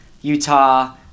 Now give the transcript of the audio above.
Utah